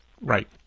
Right